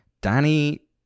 Danny